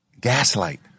Gaslight